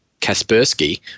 Kaspersky